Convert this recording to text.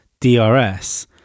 DRS